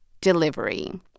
Delivery